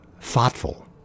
thoughtful